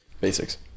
Basics